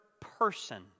person